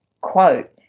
quote